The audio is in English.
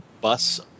Bus